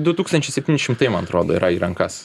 du tūkstančiai septyni šimtai man atrodo yra į rankas